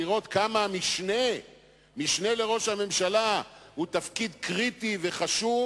לראות כמה משנה לראש הממשלה הוא תפקיד קריטי וחשוב,